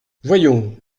voyons